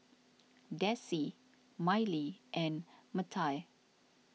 Dessie Mylee and Mattye